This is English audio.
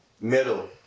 middle